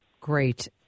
Great